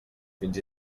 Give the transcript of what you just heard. fins